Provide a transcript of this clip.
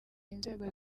inzego